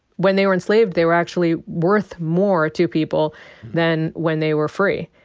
when they were enslaved, they were actually worth more to people than when they were free.